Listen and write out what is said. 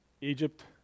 Egypt